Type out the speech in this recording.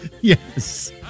Yes